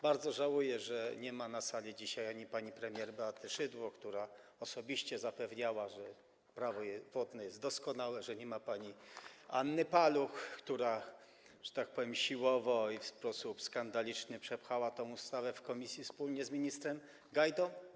Bardzo żałuję, że nie ma dzisiaj na sali ani pani premier Beaty Szydło, która osobiście zapewniała, że Prawo wodne jest doskonałe, ani pani Anny Paluch, która, że tak powiem, siłowo i w sposób skandaliczny przepchała tę ustawę w komisji wspólnie z ministrem Gajdą.